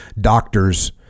doctors